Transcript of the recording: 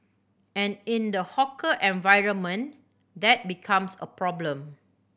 and in the hawker environment that becomes a problem